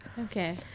Okay